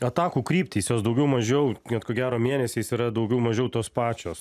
atakų kryptys jos daugiau mažiau net ko gero mėnesiais yra daugiau mažiau tos pačios